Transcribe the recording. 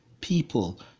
people